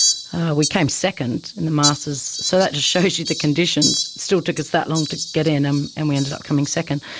we came second in the masters, so that just shows you the conditions. still took us that long to get in um and we ended up coming second.